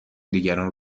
دیگران